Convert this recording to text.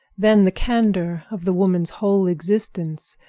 then the candor of the woman's whole existence,